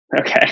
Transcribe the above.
okay